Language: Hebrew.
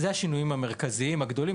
זה השינויים המרכזיים, הגדולים.